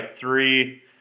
three